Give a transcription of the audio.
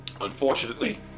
Unfortunately